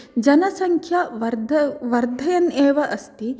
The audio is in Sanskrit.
जनसंख्या वर्ध वर्धयन् एव अस्ति